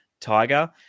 Tiger